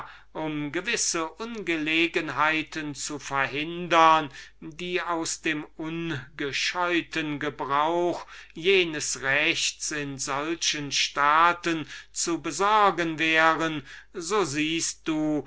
um gewisse ungelegenheiten zu verhindern die aus dem ungescheuten gebrauch jenes rechts in solchen staaten zu besorgen wären so siehst du